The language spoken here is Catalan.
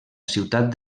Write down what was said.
ciutat